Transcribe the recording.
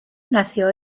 nació